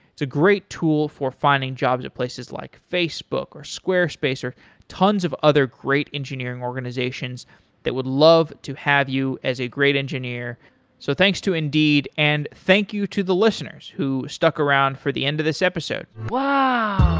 it's a great tool for finding jobs at places like facebook or squarespace or tons of other great engineering organizations that would love to have you as a great engineer so thanks to indeed and thank you to the listeners who stuck around for the end of this episode